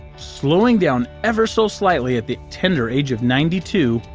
slowing down ever so slightly at the tender age of ninety two,